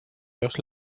dos